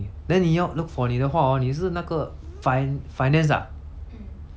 then 你要 look for 你的话 hor 你是那个 fi~ finance ah